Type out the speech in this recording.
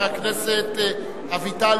חבר הכנסת אביטל,